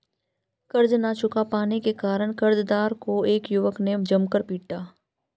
कर्ज ना चुका पाने के कारण, कर्जदार को एक युवक ने जमकर पीटा